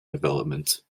development